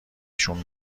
شون